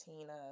Tina